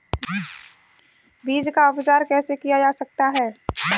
बीज का उपचार कैसे किया जा सकता है?